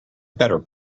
better